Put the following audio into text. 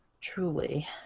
Truly